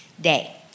day